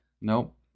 Nope